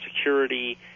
Security